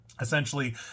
Essentially